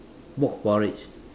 pork porridge